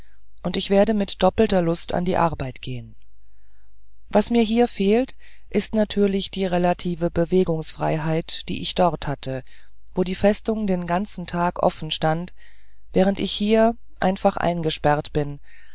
und ich werde mit doppelter lust an die arbeit gehen was mir hier fehlt ist natürlich die relative bewegungsfreiheit die ich dort hatte wo die festung den ganzen tag offen stand während ich hier einfach eingesperrt bin